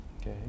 okay